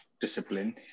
discipline